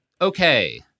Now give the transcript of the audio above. Okay